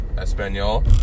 Espanol